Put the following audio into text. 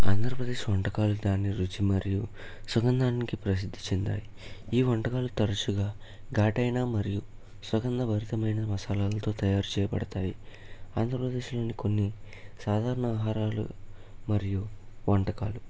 ఆంధ్రప్రదేశ్ వంటకాలు దాన్ని రుచి మరియు సుగందానికి ప్రసిద్ధి చెందాయి ఈ వంటకాలు తరచుగా ఘాటైన మరియు సుగంధ భరితమైన మసాలాలతో తయారుచేయబడతాయి ఆంధ్రప్రదేశ్లోని కొన్ని సాధారణ ఆహారాలు మరియు వంటకాలు